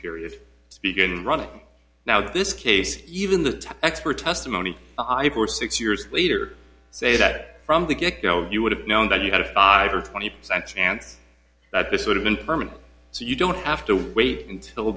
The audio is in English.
period speaking running now this case even the experts the money i for six years later say that from the get go you would have known that you had a five hundred twenty percent chance that this would have been permanent so you don't have to wait until